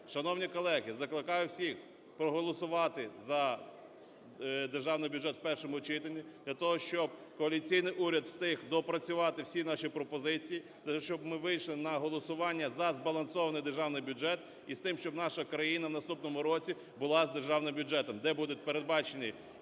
Шановні колеги! Закликаю всіх проголосувати за Державний бюджет в першому читанні для того, щоб коаліційний уряд зміг доопрацювати всі наші пропозиції. Для того, щоб ми вийшли на голосування за збалансований Державний бюджет. І з тим, щоб наша країна в наступному році була з Державним бюджетом, де будуть передбачені